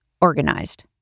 organized